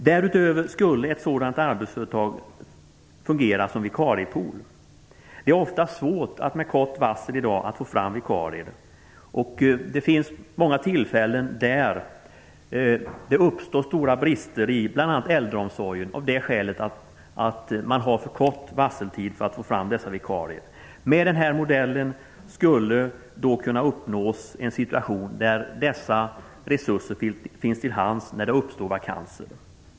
Dessutom skulle ett sådant arbetsföretag fungera som vikariepool. I dag är det ofta svårt att få fram vikarier med kort varsel. Det finns många tillfällen när det uppstår stora brister, bl.a. i äldreomsorgen, av det skälet att tiden är för kort för att få fram vikarier. Med den här modellen skulle dessa resurser finnas till hands när det uppstår vakanser.